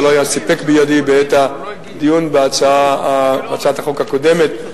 ולא היה סיפק בידי בעת הדיון בהצעת החוק הקודמת,